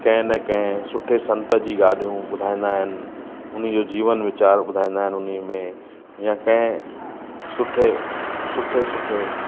कंहिं न कंहिं सुठे संत जी ॻाडियूं ॿुधाईंदा आहिनि उन जो जीवन वीचारु ॿुधाईंदा आहिनि उन में या कंहिं सुठे सुठे सुठे